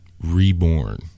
reborn